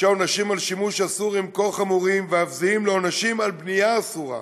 שהעונשים על שימוש אסור הם כה חמורים ואף זהים לעונשים על בנייה אסורה.